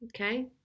okay